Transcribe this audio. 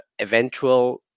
eventual